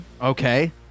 Okay